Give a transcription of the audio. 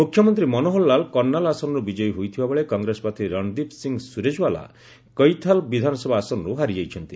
ମୁଖ୍ୟମନ୍ତ୍ରୀ ମନୋହରଲାଲ କର୍ଷାଲ ଆସନରୁ ବିକୟୀ ହୋଇଥିବାବେଳେ କଂଗ୍ରେସ ପ୍ରାର୍ଥୀ ରଣଦୀପ ସିଂହ ସ୍ତରଜେୱାଲା କଇଥାଲ୍ ବିଧାନସଭା ଆସନର୍ ହାରିଯାଇଛନ୍ତି